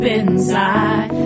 inside